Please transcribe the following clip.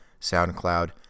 SoundCloud